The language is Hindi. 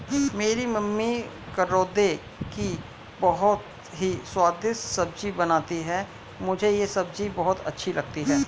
मेरी मम्मी करौंदे की बहुत ही स्वादिष्ट सब्जी बनाती हैं मुझे यह सब्जी बहुत अच्छी लगती है